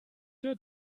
der